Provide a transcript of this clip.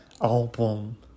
album